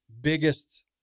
biggest